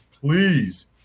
Please